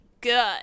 Good